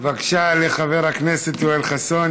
בבקשה, חבר הכנסת יואל חסון.